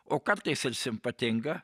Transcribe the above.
o kartais ir simpatinga